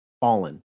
fallen